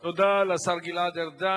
תודה לשר גלעד ארדן.